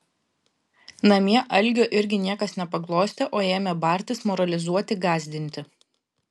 namie algio irgi niekas nepaglostė o ėmė bartis moralizuoti gąsdinti